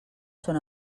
són